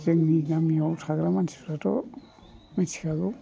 जोंनि गामियाव थाग्रा मानसिफ्राथ' मिथिखागौ